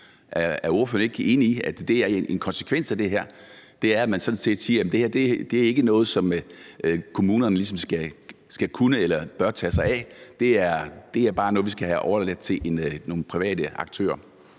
Er ordføreren ikke enig i, at det er en konsekvens af det her, for man siger sådan set, at det her ikke er noget, som kommunerne ligesom skal kunne eller bør tage sig af, det er bare noget, vi skal have overladt til nogle private aktører?